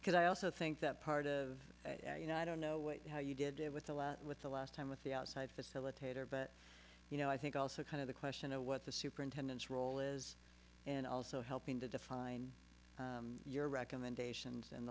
because i also think that part of you know i don't know how you did it with the last with the last time with the outside facilitator but you know i think also kind of the question of what the superintendent's role is and also helping to define your recommendations and